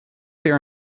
their